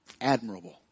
admirable